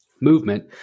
movement